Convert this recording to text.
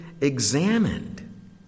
examined